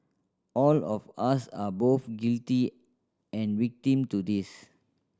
all of us are both guilty and victim to this